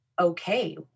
okay